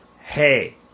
hey